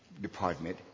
department